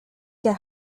get